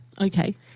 Okay